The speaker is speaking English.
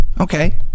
Okay